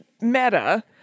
meta